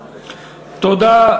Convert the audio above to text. תודה.